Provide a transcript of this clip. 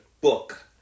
book